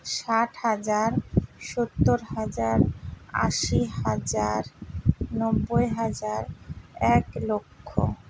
ষাট হাজার সত্তর হাজার আশি হাজার নব্বই হাজার এক লক্ষ